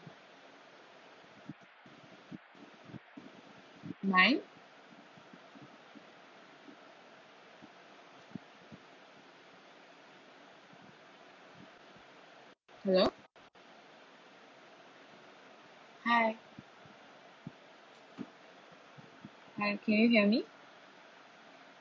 in line hello hi hi can you hear me